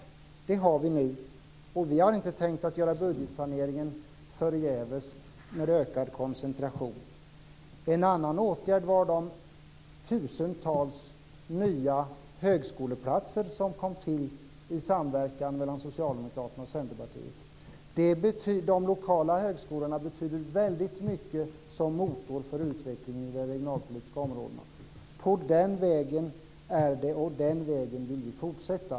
Det har vi nu. Vi har inte tänkt göra budgetsaneringen förgäves med en ökad koncentration. En annan åtgärd var de tusentals nya högskoleplatser som kom till i samverkan mellan Socialdemokraterna och Centerpartiet. De lokala högskolorna betyder väldigt mycket som motor för den regionalpolitiska utvecklingen. På den vägen är det, och på den vägen vill vi fortsätta.